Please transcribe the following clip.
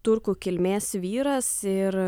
turkų kilmės vyras ir